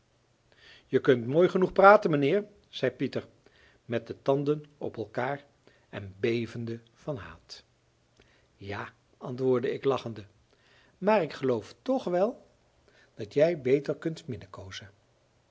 je kunt mooi genoeg praten mijnheer zei pieter met de tanden op elkaar en bevende van haat ja antwoordde ik lachende maar ik geloof toch wel dat jij beter kunt